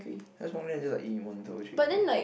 just walk there then just like one two three four